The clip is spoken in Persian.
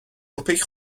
اوپک